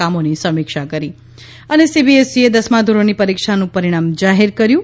કામોની સમીક્ષા કરી સીબીએસઇએ દસમા ધોરણની પરીક્ષાનું પરિણામ જાહેર કર્યું છે